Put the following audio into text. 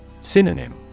Synonym